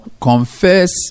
confess